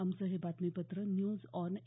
आमचं हे बातमीपत्र न्यूज ऑन ए